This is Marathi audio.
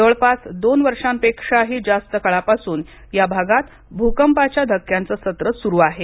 जवळपास दोन वर्षांपेक्षाही जास्त काळापासून या भागात भूकंपाच्या धक्क्यांचं सत्र सुरु आहे